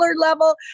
level